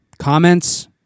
Comments